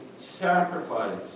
sacrifice